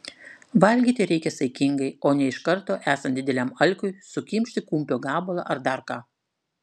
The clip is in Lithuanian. valgyti reikia saikingai o ne iš karto esant dideliam alkiui sukimšti kumpio gabalą ar dar ką